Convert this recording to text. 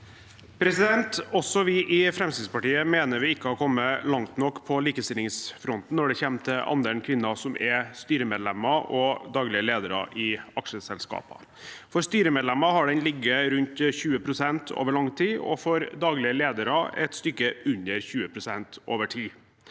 Heller ikke vi i Fremskrittspartiet mener vi har kommet langt nok på likestillingsfronten når det gjelder andelen kvinner som er styremedlemmer og daglig ledere i aksjeselskaper. For styremedlemmer har den ligget på rundt 20 pst. over lang tid og for daglig ledere et stykke under 20 pst. over tid